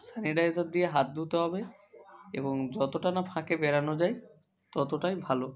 sanitiser দিয়ে হাত ধুতে হবে এবং যতোটা না ফাঁকে বেরানো যায় ততটাই ভালো